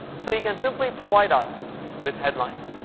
so you can simply provide us with headlines,